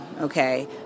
okay